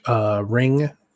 Ring